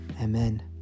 Amen